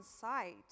sight